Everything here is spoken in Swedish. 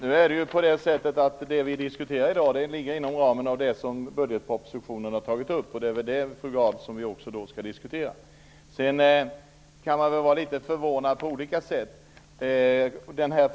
Herr talman! Det vi diskuterar i dag ligger inom ramen för det budgetpropositionen har tagit upp. Det är det, fru Gard, som vi skall diskutera. Man kan vara förvånad på litet olika sätt.